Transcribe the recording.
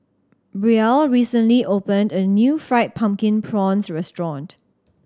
Brielle recently opened a new Fried Pumpkin Prawns restaurant